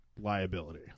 liability